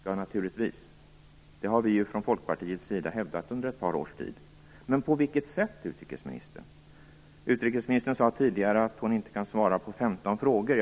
Ja, naturligtvis, det har vi ju från Folkpartiets sida hävdat under ett par års tid - men på vilket sätt, utrikesministern? Utrikesministern sade tidigare att hon inte kan svara på 15 frågor.